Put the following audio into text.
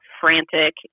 frantic